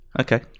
Okay